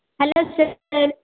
hello sir